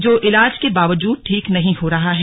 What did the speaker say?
जो इलाज के बावजूद ठीक नहीं हो रहा है